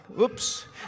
Oops